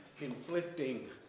inflicting